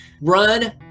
run